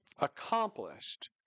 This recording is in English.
accomplished